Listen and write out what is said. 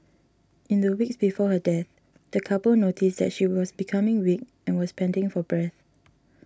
in the weeks before her death the couple noticed that she was becoming weak and was panting for breath